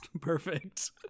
Perfect